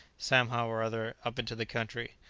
somehow or other, up into the country.